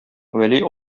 вәли